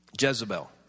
Jezebel